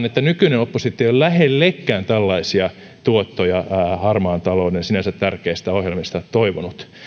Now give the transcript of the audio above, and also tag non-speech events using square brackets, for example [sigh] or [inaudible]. [unintelligible] että nykyinen oppositio ei ole lähellekään tällaisia tuottoja harmaan talouden sinänsä tärkeistä ohjelmista toivonut